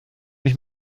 mich